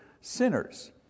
sinners